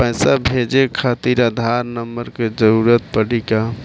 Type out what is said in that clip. पैसे भेजे खातिर आधार नंबर के जरूरत पड़ी का?